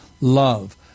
love